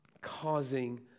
causing